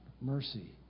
mercy